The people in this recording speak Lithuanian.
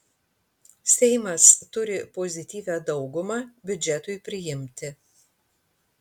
seimas turi pozityvią daugumą biudžetui priimti